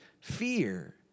fear